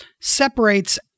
separates